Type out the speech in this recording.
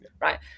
right